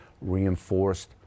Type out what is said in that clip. reinforced